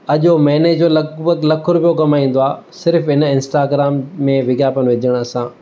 अॼो महीने जो लॻिभॻि लख रुपयो कमाईंदो आहे सिर्फ़ु हिन इंस्टाग्राम में विज्ञापन विजण सां